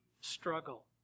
struggle